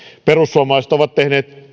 perussuomalaiset ovat tehneet